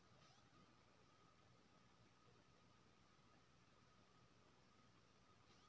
बैंकरक बैंक केर सेबा आम गांहिकी लेल नहि होइ छै खाली बैंक टा लेल